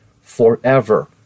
forever